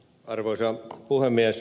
arvoisa puhemies